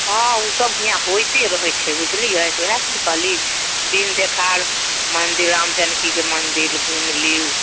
हँ ओ सब हियाँ होयते रहैत छै बुझलियै तऽ ओएहसँ ने कहली दिन देखार मंदिल राम जानकीके मंदिल घुमि लिउ